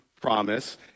promise